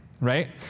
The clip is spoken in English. right